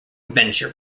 venture